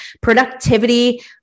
productivity